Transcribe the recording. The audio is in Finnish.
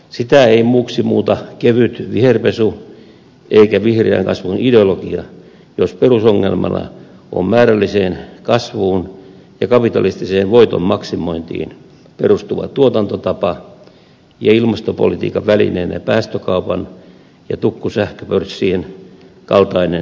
sitä ei muuksi muuta kevyt viherpesu eikä vihreän kasvun ideologia jos perusongelmana on määrälliseen kasvuun ja kapitalistiseen voiton maksimointiin perustuva tuotantotapa ja ilmastopolitiikan välineenä päästökaupan ja tukkusähköpörssien kaltainen keinottelu